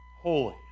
Holy